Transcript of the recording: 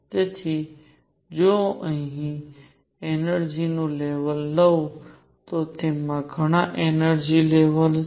તેથી જો હું અહીં એનર્જિ નું લેવલ લઉં તો તેમાં ઘણા એનર્જિ લેવલ છે